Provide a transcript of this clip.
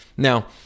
Now